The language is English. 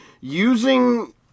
using